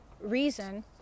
reason